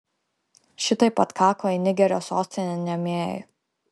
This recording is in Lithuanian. šitaip atkako į nigerio sostinę niamėjų